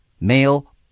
male